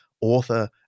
author